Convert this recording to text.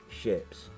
ships